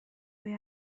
بوی